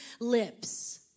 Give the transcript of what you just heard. lips